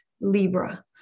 Libra